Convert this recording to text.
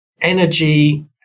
Energy